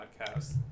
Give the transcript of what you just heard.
podcast